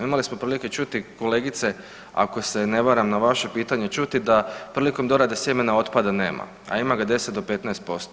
Imali smo prilike čuti kolegice ako se ne varam, na vaše pitanje, čuti da prilikom dorade sjemena otpada nema, a ima ga 10-15%